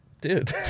Dude